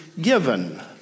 given